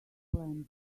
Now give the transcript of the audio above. plenty